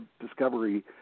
discovery